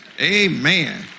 Amen